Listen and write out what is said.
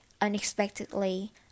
unexpectedly